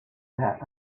that